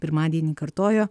pirmadienį kartojo